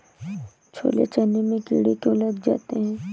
छोले चने में कीड़े क्यो लग जाते हैं?